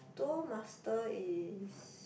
Duel-master is